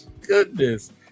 goodness